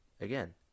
again